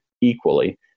equally